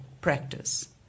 practice